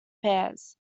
pairs